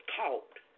taught